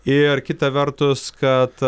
ir kita vertus kad